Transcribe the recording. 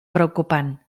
preocupant